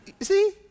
See